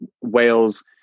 Wales